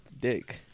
dick